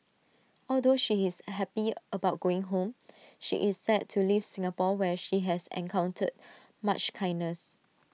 although she is happy about going home she is sad to leave Singapore where she has encountered much kindness